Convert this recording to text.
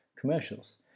commercials